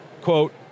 quote